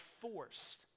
forced